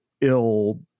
ill